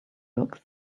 looks